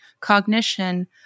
cognition